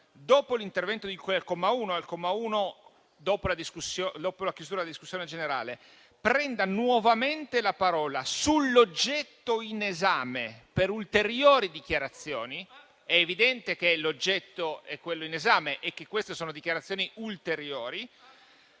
dopo l'intervento di cui al comma 1,» - quindi dopo la discussione generale - «prenda nuovamente la parola sull'oggetto in esame per ulteriori dichiarazioni» - è evidente che l'oggetto è quello in esame e che queste sono dichiarazioni ulteriori